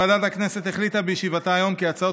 ועדת הכנסת החליטה בישיבתה היום כי הצעות